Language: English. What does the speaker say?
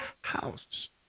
house